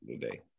today